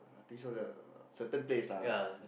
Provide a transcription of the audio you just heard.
I think so lah certain place lah